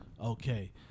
Okay